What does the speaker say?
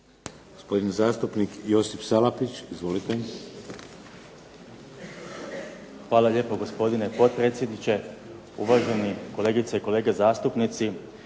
Gospodin zastupnik Josip Salapić. Izvolite. **Salapić, Josip (HDZ)** Hvala lijepo gospodine potpredsjedniče, uvaženi kolegice i kolege zastupnici.